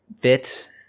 bit